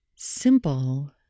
Simple